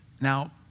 Now